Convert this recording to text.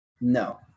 No